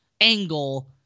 Angle